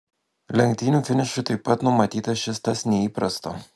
lenktynių finišui taip pat numatyta šis tas neįprasto